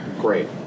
Great